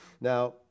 Now